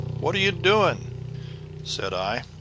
what are you doing said i.